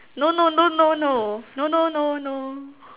no no no no no no no no